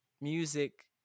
music